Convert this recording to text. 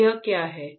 अब यह क्या है